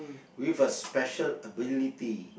with a special ability